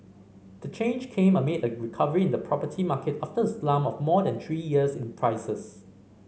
the change came amid a recovery in the property market after a slump of more than three years in prices